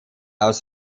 aus